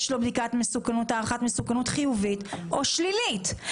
לו בדיקת מסוכנות-הערכת מסוכנות חיובית או שלילית.